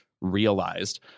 realized